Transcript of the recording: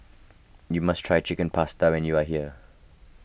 you must try Chicken Pasta when you are here